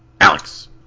Alex